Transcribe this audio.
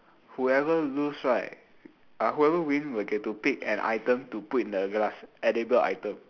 whoever lose right ah whoever win will get to pick an item to put in the glass edible item